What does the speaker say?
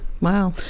wow